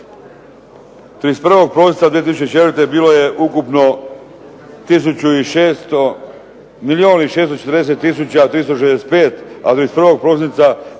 31. prosinca 2004. bilo je ukupno milijun i 640365, a 31. prosinca